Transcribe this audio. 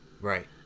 Right